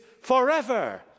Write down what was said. forever